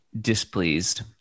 displeased